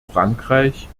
frankreich